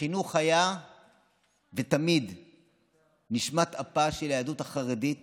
החינוך היה ותמיד יהיה נשמת אפה של היהדות החרדית